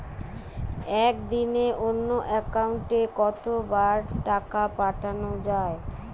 একদিনে অন্য একাউন্টে কত বার টাকা পাঠানো য়ায়?